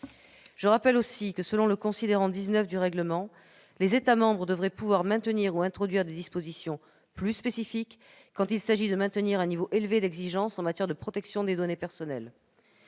Je rappelle que, selon le considérant 19 du règlement, « les États membres devraient pouvoir maintenir ou introduire des dispositions plus spécifiques » quand il s'agit de maintenir un niveau élevé d'exigences en matière de protection des données personnelles.